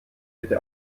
bitte